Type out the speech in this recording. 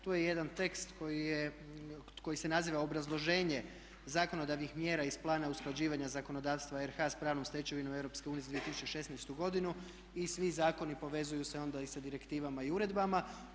Tu je jedan tekst koji se naziva obrazloženje zakonodavnih mjera iz Plana usklađivanja zakonodavstva RH s pravnom stečevinom EU za 2016. godinu i svi zakoni povezuju se onda i sa direktivama i uredbama.